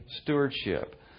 stewardship